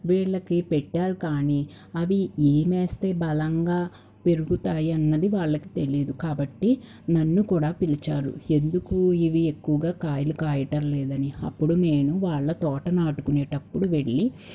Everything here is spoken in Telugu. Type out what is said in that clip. వీళ్ళకి పెట్టారు కానీ అవి ఏవి వేస్తే బలంగా పెరుగుతాయి అన్నది వాళ్ళకి తెలీదు కాబట్టి నన్ను కూడా పిలిచారు ఎందుకు ఇవి ఎక్కువుగా కాయలు కాయటం లేదని అప్పుడు నేను వాళ్ళ తోట నాటుకునేటప్పుడు వెళ్ళి